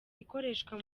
ikoreshwa